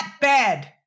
bed